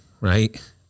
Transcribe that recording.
Right